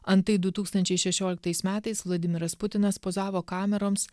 antai du tūkstančiai šešioliktais metais vladimiras putinas pozavo kameroms